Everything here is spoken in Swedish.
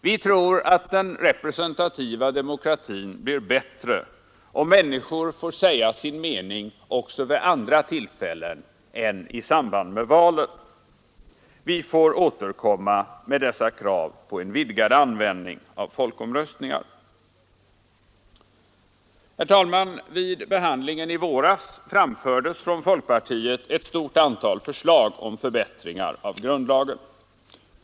Vi tror att den representativa demokratin blir bättre, om människor får säga sin mening också vid andra tillfällen än i samband med valen. Vi får återkomma med dessa krav på en vidgad användning av folkomröstningar. Herr talman! Vid behandlingen i våras framfördes från folkpartiet ett stort antal förslag om förbättringar av grundlagen.